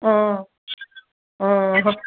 অ অ